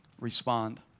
Respond